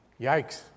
Yikes